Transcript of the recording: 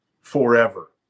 forever